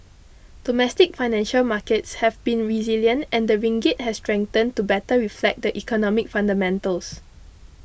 domestic financial markets have been resilient and the ringgit has strengthened to better reflect the economic fundamentals